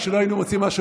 כשלא היינו מוצאים משהו,